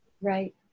right